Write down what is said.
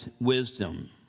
wisdom